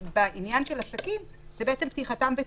אבל בעניין של עסקים זה בעצם פתיחתם בתנאים.